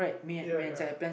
ya ya